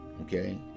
Okay